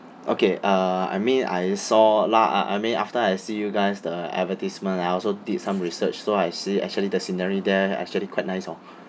okay uh I mean I saw lah I I mean after I see you guys the advertisement I also did some research lah I see actually the scenery there actually quite nice orh